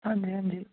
ਹਾਂਜੀ ਹਾਂਜੀ